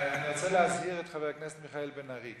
אני רוצה להזהיר את חבר הכנסת מיכאל בן-ארי.